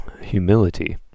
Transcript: humility